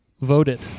voted